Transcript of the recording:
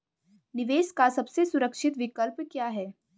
निवेश का सबसे सुरक्षित विकल्प क्या है?